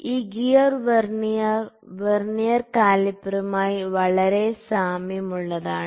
ഈ gear vernier vernier കാലിപ്പറുമായി വളരെ സാമ്യമുള്ളതാണ്